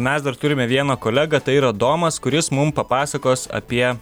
mes dar turime vieną kolegą tai yra domas kuris mum papasakos apie